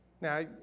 Now